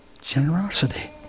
Generosity